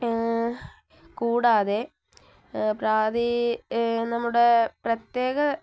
കൂടാതെ നമ്മുടെ പ്രത്യേക